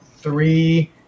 three